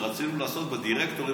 שרצינו לעשות בדירקטורים,